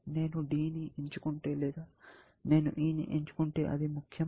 నేను D ని ఎంచుకుంటే లేదా నేను E ని ఎంచుకుంటే అది ముఖ్యమా